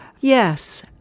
Yes